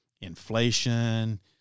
inflation